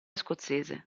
scozzese